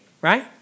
right